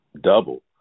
double